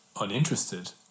uninterested